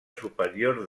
superior